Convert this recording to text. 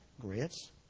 Grits